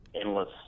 endless